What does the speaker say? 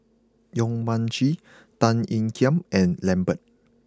Yong Mun Chee Tan Ean Kiam and Lambert